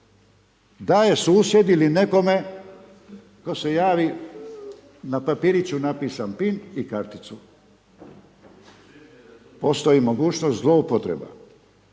Daje susjedi ili nekome tko se javi, na papiriću napisan pin i karticu, postoji mogućnost zloupotreba.